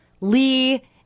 Lee